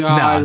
no